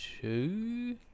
Two